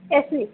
AC